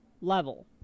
level